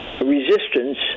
resistance